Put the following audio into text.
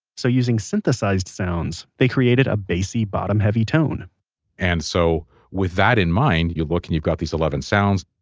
so using synthesized sounds, they created a bassy, bottom-heavy tone and so with that in mind, you look and you've got these eleven sounds.